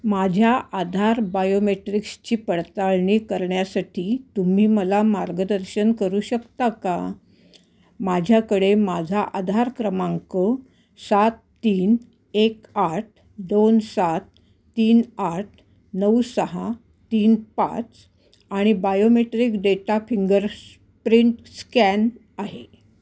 माझ्या आधार बायोमेट्रिक्सची पडताळणी करण्यासाठी तुम्ही मला मार्गदर्शन करू शकता का माझ्याकडे माझा आधार क्रमांक सात तीन एक आठ दोन सात तीन आठ नऊ सहा तीन पाच आणि biometric data fingers print scan आहे